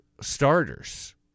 starters